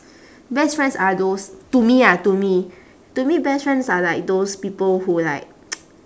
best friends are those to me ah to me to me best friends are like those people who like